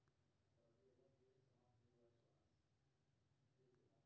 बीमा मे किछु प्रीमियम दए के जोखिम के भार बीमा कंपनी पर डालल जाए छै